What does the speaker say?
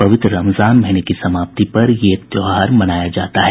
पवित्र रमजान महीने की समाप्ति पर यह त्योहार मनाया जाता है